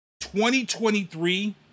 2023